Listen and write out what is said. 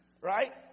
Right